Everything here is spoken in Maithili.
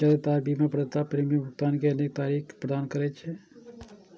जादेतर बीमा प्रदाता प्रीमियम भुगतान के अनेक तरीका प्रदान करै छै